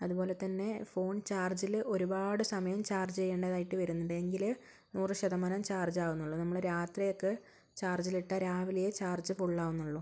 അതുപോലെത്തന്നെ ഫോൺ ചാർജില് ഒരുപാട് സമയം ചാർജ് ചെയ്യേണ്ടതായിട്ട് വരുന്നുണ്ട് എങ്കിലേ നൂറ് ശതമാനം ചാർജ് ആകുന്നുള്ളു നമ്മള് രാത്രിയൊക്കെ ചാർജിലിട്ടാൽ രാവിലയേ ചാർജ് ഫുൾ ആകുന്നുള്ളൂ